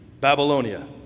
Babylonia